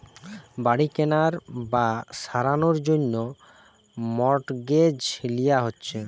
বাড়ি কেনার বা সারানোর জন্যে মর্টগেজ লিয়া হচ্ছে